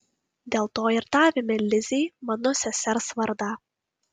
dėl to ir davėme lizei mano sesers vardą